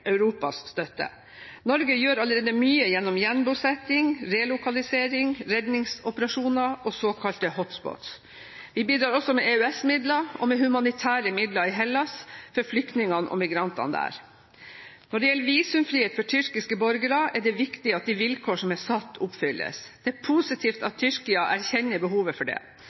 Europas støtte. Norge gjør allerede mye gjennom gjenbosetting, relokalisering, redningsoperasjoner og såkalte hotspots. Vi bidrar også med EØS-midler og med humanitære midler i Hellas for flyktningene og migrantene der. Når det gjelder visumfrihet for tyrkiske borgere, er det viktig at de vilkår som er satt, oppfylles. Det er positivt at Tyrkia erkjenner behovet for det.